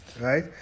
Right